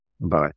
Bye